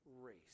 race